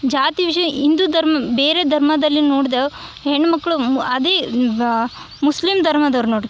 ಜಾತಿ ವಿಷಯ ಹಿಂದೂ ಧರ್ಮ ಬೇರೆ ಧರ್ಮದಲ್ಲಿ ನೋಡ್ದಾಗ ಹೆಣ್ಣು ಮಕ್ಕಳು ಮ್ ಅದೇ ಈಗ ಮುಸ್ಲಿಮ್ ಧರ್ಮದವ್ರು ನೋಡ್ರಿ